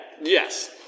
Yes